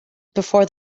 before